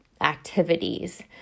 activities